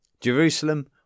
Jerusalem